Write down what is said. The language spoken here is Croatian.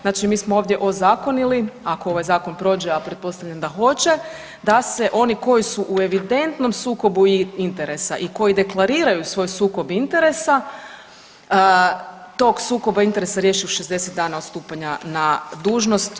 Znači mi smo ovdje ozakonili ako ovaj zakon prođe, a pretpostavljam da hoće da se oni koji su evidentnom sukobu interesa i koji deklariraju svoj sukob interesa tog sukoba interesa riješe u 60 dana od stupanja na dužnost.